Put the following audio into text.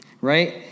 right